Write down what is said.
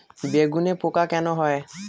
বেগুনে পোকা কেন হয়?